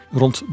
rond